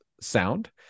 sound